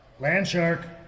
Landshark